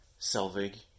Selvig